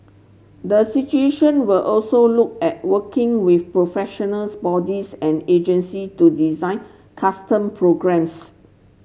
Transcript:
the situation will also look at working with professionals bodies and agency to design custom programmes